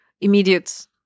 immediate